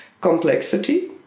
complexity